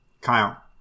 Kyle